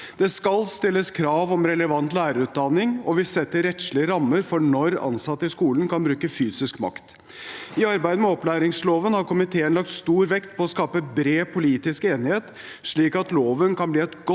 Det skal stilles krav om relevant lærerutdanning, og vi setter rettslige rammer for når ansatte i skolen kan bruke fysisk makt. I arbeidet med opplæringsloven har komiteen lagt stor vekt på å skape bred politisk enighet, slik at loven kan bli et godt